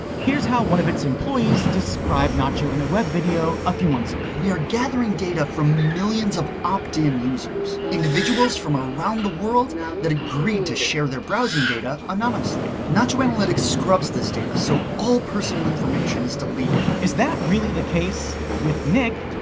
here's how one of its employees described nacho in a web video a few months ago. we are gathering data from millions of opt-in users individuals from around the world that agreed to share their browsing data anonymously. nacho analytics scrubs this data, so all personal information is deleted. is that really the case? with nick,